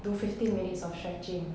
do fifteen minutes of stretching